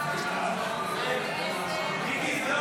לצורך הכנתה לקריאה השנייה והשלישית.